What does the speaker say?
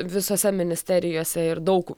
visose ministerijose ir daug